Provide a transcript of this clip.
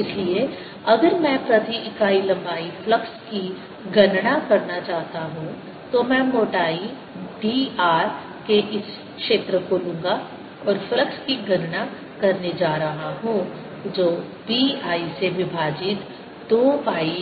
इसलिए अगर मैं प्रति इकाई लंबाई फ्लक्स की गणना करना चाहता हूं तो मैं मोटाई dr के इस क्षेत्र को लूँगा और फ्लक्स की गणना करने जा रहा हूं जो b I से विभाजित 2 पाई